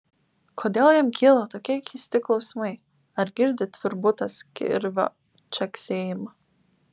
kodėl jam kyla tokie keisti klausimai ar girdi tvirbutas kirvio čeksėjimą